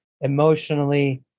emotionally